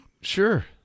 Sure